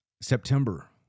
September